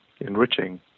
enriching